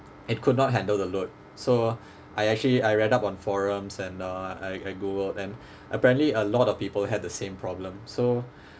it could not handle the load so I actually I read up on forums and uh I I googled and apparently a lot of people had the same problem so